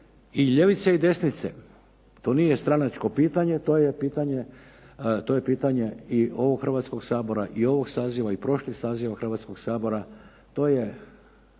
i ljevice i desnice. To nije stranačko pitanje, to je pitanje i ovog Hrvatskog sabora i ovog saziva i prošlih saziva Hrvatskog sabora. To je,